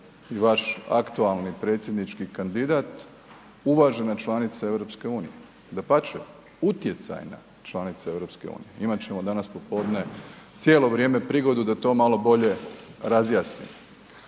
i vaš aktualni predsjednički kandidat uvažena članica EU, dapače utjecajna članica EU, imat ćemo danas popodne cijelo vrijeme prigodu da to malo bolje razjasnimo.